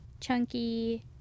chunky